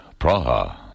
Praha